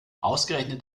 ausgerechnet